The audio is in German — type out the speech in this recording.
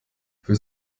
für